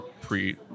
pre